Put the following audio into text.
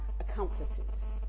accomplices